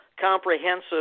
comprehensive